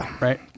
right